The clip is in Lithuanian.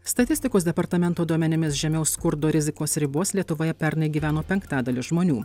statistikos departamento duomenimis žemiau skurdo rizikos ribos lietuvoje pernai gyveno penktadalis žmonių